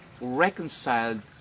reconciled